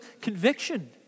conviction